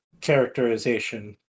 characterization